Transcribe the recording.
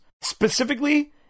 specifically